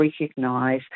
recognise